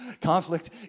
Conflict